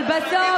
אבל בסוף,